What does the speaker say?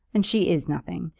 and she is nothing.